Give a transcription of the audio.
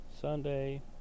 Sunday